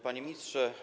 Panie Ministrze!